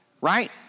right